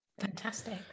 fantastic